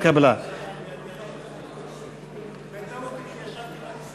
קבוצת סיעת מרצ,